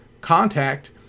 contact